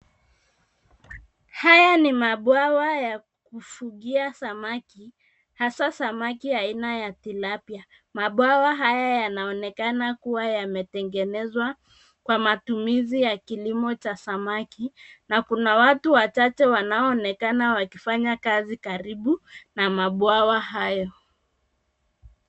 Haya ni mabuawa ya kufugia samaki, hasa samaki aina ya tilapia. Mabuawa haya yanaonekana kuwa yametengenezwa kwa matumizi ya kilimo cha samaki, na kuna watu wachache wanaonekana wakifanya kazi karibu na mabuawa hayo.